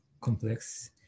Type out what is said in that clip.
complex